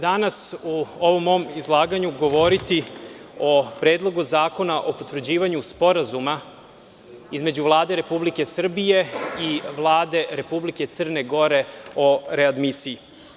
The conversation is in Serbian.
Danas ću u ovo mom izlaganju govoriti o Predlogu zakona o potvrđivanju Sporazuma između Vlade Republike Srbije i Vlade Republike Crne Gore o readmisiji.